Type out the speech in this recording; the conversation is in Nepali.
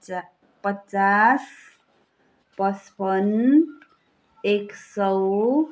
पचास पच्पन्न एक सौ